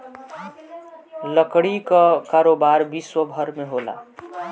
लकड़ी कअ कारोबार विश्वभर में होला